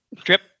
Trip